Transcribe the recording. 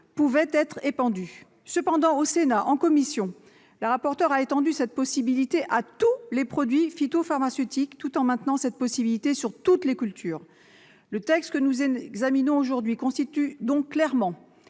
pouvaient être épandus. Au Sénat, en commission, la rapporteur a étendu cette possibilité à tous les produits phytopharmaceutiques, tout en maintenant cette possibilité sur toutes les cultures. Le texte que nous examinons aujourd'hui constitue donc clairement